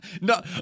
No